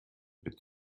mit